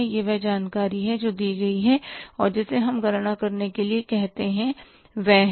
यह वह जानकारी है जो दी गई है और जिसे हम गणना करने के लिए कहते हैं वह है